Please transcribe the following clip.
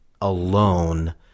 alone